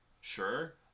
Sure